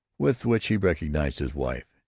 with which he recognized his wife,